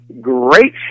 great